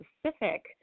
specific